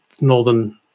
Northern